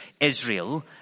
Israel